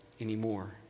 anymore